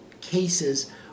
cases